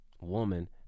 woman